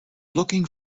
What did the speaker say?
looking